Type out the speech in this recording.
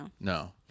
no